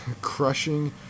crushing